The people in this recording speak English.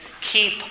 Keep